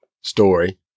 story